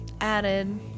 added